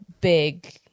big